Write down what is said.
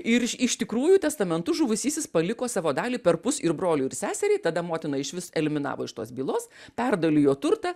ir iš iš tikrųjų testamentu žuvusysis paliko savo dalį perpus ir broliui ir seseriai tada motiną išvis eliminavo iš tos bylos perdalijo turtą